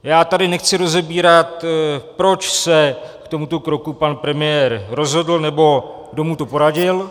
Já tady nechci rozebírat, proč se k tomuto kroku pan premiér rozhodl nebo kdo mu to poradil.